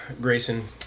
Grayson